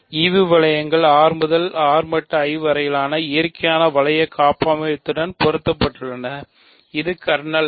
ஈவு வளையங்கள் R முதல் R மட்டு I வரையிலான இயற்கையான வளைய காப்பமைவியத்துடன் பொருத்தப்பட்டுள்ளன இது கர்னல் I